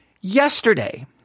Yesterday